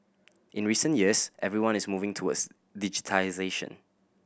in recent years everyone is moving towards digitisation